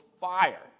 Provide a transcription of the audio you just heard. fire